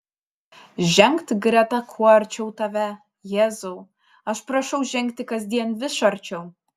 žengt greta kuo arčiau tave jėzau aš prašau žengti kasdien vis arčiau